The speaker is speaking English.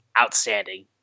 outstanding